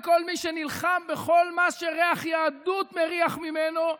חברת לכל מי שנלחם בכל מה שריח יהדות מריח ממנו שנים,